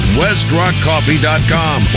westrockcoffee.com